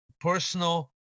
personal